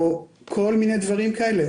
או כל מיני דברים כאלה,